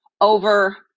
over